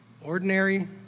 ordinary